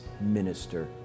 minister